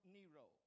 Nero